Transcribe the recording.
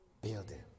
building